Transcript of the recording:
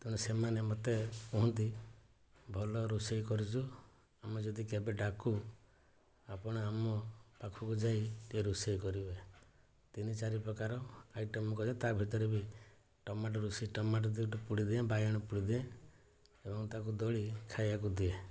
ତେଣୁ ସେମାନେ ମତେ କୁହନ୍ତି ଭଲ ରୋଷେଇ କରିଛୁ ଆମେ ଯଦି କେବେ ଡାକୁ ଆପଣ ଆମ ପାଖକୁ ଯାଇ ଟିକେ ରୋଷେଇ କରିବେ ତିନି ଚାରି ପ୍ରକାର ଆଇଟମ ମୁଁ କରେ ତା ଭିତରେ ବି ଟମାଟ ରୋଷେଇ ଟମାଟ ଦୁଇଟି ପୋଡ଼ିଦିଏ ବାଇଗଣ ପୋଡ଼ିଦିଏ ଏବଂ ତାକୁ ଦଳି ଖାଇବାକୁ ଦିଏ